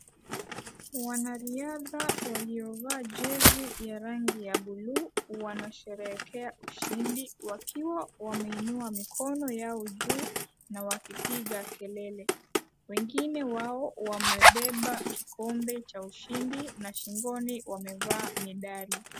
Wanariadha waliovaa jezi ya rangi ya buluu. Wanasherekea ushindi wakiwa wameinua mikono yao juu na wakipiga kelele. Wengine wao wamebeba kikombe cha ushindi na shingoni wamevaa medali.